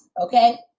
okay